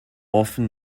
often